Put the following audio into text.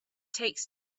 takes